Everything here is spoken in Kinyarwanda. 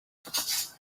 gusa